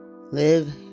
live